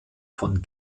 von